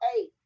eight